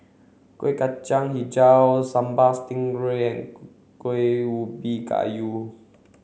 Kuih Kacang Hijau Sambal Stingray and Kuih Ubi Kayu